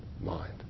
mind